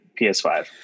PS5